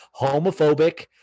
homophobic